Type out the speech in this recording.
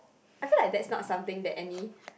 I feel like that's not something that any